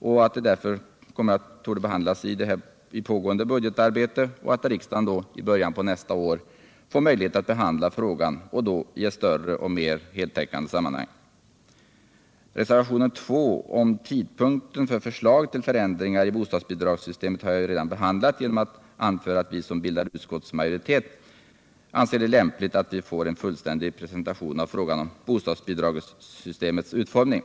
Frågan torde bl.a. därför behandlas i pågående budgetarbete, och riksdagen får i början av nästa år åter möjlighet att behandla frågan. Behandlingen kan då ske i ett större och mera heltäckande sammanhang. Reservationen 2 om tidpunkten för förslag till förändringar i bostadsbidragssystemet har jag redan behandlat genom att anföra att vi som bildar utskottsmajoritet anser det lämpligt att vi får en fullständig presentation av frågan om bostadsbidragssystemets utformning.